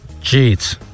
Cheats